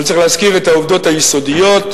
אבל צריך להזכיר את העובדות היסודיות: